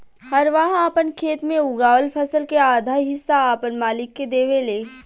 हरवाह आपन खेत मे उगावल फसल के आधा हिस्सा आपन मालिक के देवेले